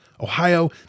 Ohio